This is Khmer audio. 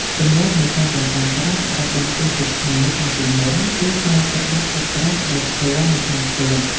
ទម្លាប់នៃការសន្សំប្រាក់របស់ជនជាតិខ្មែរកាលពីមុន គឺការទុកដាក់សាច់ប្រាក់ដោយផ្ទាល់នៅក្នុងផ្ទះ។